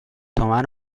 تومن